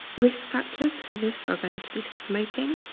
risk factors for this are going to be smoking,